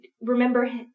remember